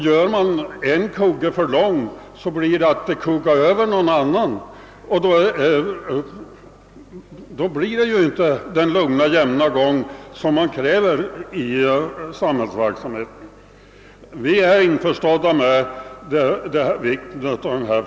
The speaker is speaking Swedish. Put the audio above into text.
Gör man en kugge för lång, så blir följden att det kuggar över en annan, och då får vi inte den lugna och jämna gång i samhällsmaskineriet som vi vill ha. Vi är som sagt införstådda med denna frågas vikt.